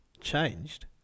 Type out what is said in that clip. changed